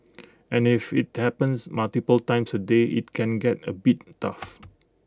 and if IT happens multiple times A day IT can get A bit tough